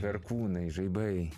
perkūnai žaibai